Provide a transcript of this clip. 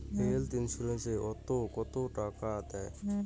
Health insurance ওত কত টাকা দেয়?